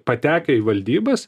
patekę į valdybas